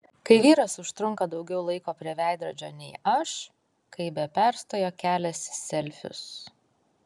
kai vyras užtrunka daugiau laiko prie veidrodžio nei aš kai be perstojo keliasi selfius